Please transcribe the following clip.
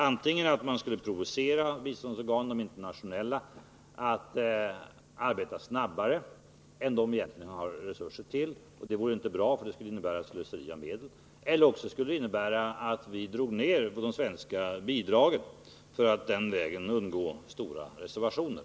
Antingen skulle man provocera de internationella biståndsorganen att arbeta snabbare än de egentligen har resurser till — och det vore inte bra — eller också skulle det innebära att det svenska bidraget minskas för att den vägen undgå stora reservationer.